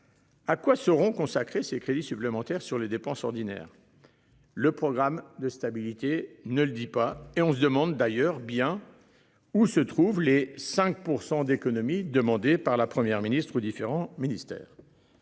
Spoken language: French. À quoi seront consacrés ces crédits supplémentaires sur les dépenses ordinaires. Le programme de stabilité ne le dis pas et on se demande d'ailleurs bien. Où se trouvent les 5% d'économies demandées par la Première ministre aux différents ministères.